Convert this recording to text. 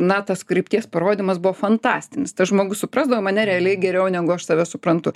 na tas krypties parodymas buvo fantastinis tas žmogus suprasdavo mane realiai geriau negu aš save suprantu